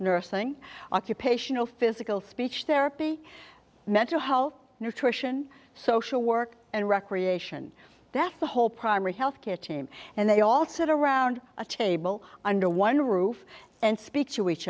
nursing occupational physical speech therapy mental health nutrition social work and recreation that's the whole primary health care team and they all sit around a chaebol under one roof and speak to each